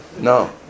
No